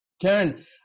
Karen